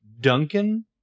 Duncan